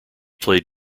played